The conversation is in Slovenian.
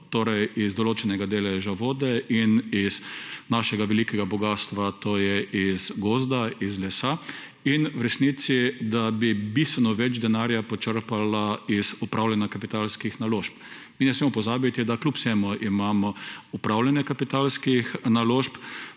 torej iz določenega deleža vode in iz našega velikega bogastva, to je iz gozda, iz lesa, in v resnici, da bi bistveno več denarja počrpala iz upravljanja kapitalskih naložb. Mi ne smemo pozabiti, da kljub vsemu imamo upravljanje kapitalskih naložb,